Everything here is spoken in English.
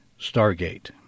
Stargate